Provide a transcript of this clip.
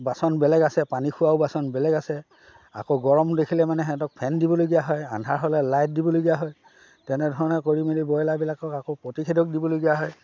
বাচন বেলেগ আছে পানী খোৱাৰো বাচন বেলেগ আছে আকৌ গৰম দেখিলে মানে সেহেঁতক ফেন দিবলগীয়া হয় আন্ধাৰ হ'লে লাইট দিবলগীয়া হয় তেনেধৰণে কৰি মেলি বইলাৰবিলাকক আকৌ প্ৰতিষেধক দিবলগীয়া হয়